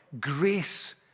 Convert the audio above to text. Grace